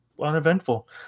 uneventful